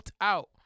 out